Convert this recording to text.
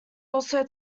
also